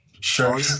Sure